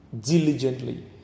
diligently